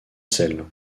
selle